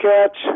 Catch